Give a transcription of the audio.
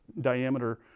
diameter